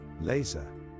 Laser